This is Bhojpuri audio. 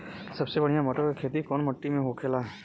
सबसे बढ़ियां मटर की खेती कवन मिट्टी में होखेला?